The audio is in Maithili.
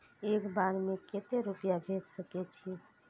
एक बार में केते रूपया भेज सके छी?